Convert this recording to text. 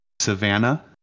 Savannah